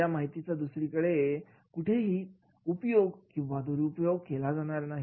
या माहितीचा दुसरीकडे कुठेही उपयोग किंवा दुरुपयोग केला जाणार नाही